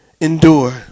Endure